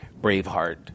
Braveheart